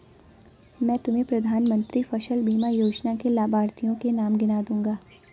मैं तुम्हें प्रधानमंत्री फसल बीमा योजना के लाभार्थियों के नाम गिना दूँगा